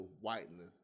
whiteness